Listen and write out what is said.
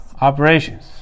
operations